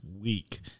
week